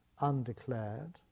undeclared